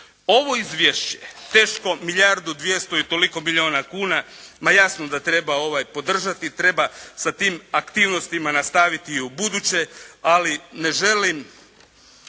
Ovo izvješće teško milijardu i 200 i toliko milijuna kuna ma jasno da treba podržati, treba sa tim aktivnosti nastaviti i u buduće. Ali ne želim